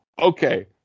okay